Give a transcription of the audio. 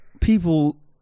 people